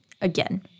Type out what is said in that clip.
again